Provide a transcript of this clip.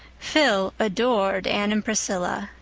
phil adored anne and priscilla,